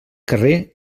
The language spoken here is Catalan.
carrer